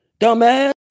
Dumbass